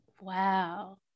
Wow